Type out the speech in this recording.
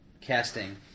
casting